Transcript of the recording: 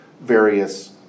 various